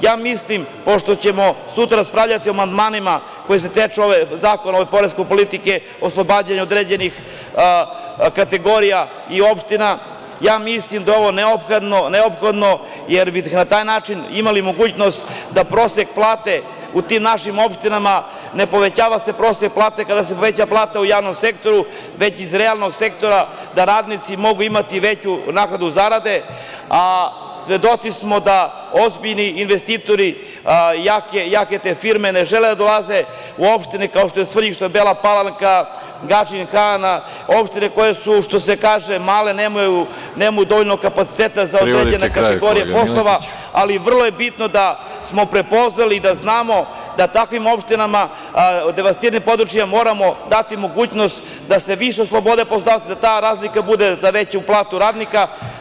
Ja mislim, pošto ćemo sutra raspravljati o amandmanima, koji se tiču zakona poreske politike, oslobađanje od određenih kategorija i opština, mislim da je ovo neophodno, jer bi na taj način imali mogućnost da prosek plate u tim našim opštinama, ne povećava se prosek plata kada se poveća plata u javnom sektoru, već iz realnog sektora, da radnici mogu imati veću naknadu zarade, a svedoci smo da ozbiljni investitori, jake firme ne žele da dolaze u opštine kao što je Svrljig, kao što je Bela Palanka, Gadžin Han, opštine koje su, što se kaže male, nemaju dovoljno kapaciteta za određene kategorije poslova, ali vrlo je bitno da smo prepoznali, da znamo da takvim opštinama, devastiranim područjima moramo dati mogućnost da se više oslobode poslodavci, da ta razlika bude za veću platu radnika.